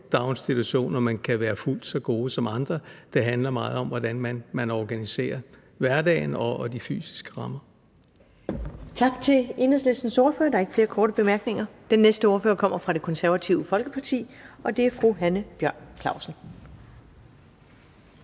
daginstitutioner, men kan være fuldt ud lige så gode som andre. Det handler meget om, hvordan man organiserer hverdagen og de fysiske rammer. Kl. 17:19 Første næstformand (Karen Ellemann): Tak til Enhedslistens ordfører. Der er ikke flere korte bemærkninger. Den næste ordfører kommer fra Det Konservative Folkeparti, og det er fru Hanne Bjørn-Klausen.